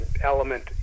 element